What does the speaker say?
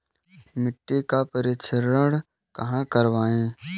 मिट्टी का परीक्षण कहाँ करवाएँ?